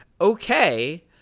okay